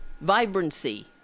vibrancy